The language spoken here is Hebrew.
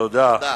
תודה.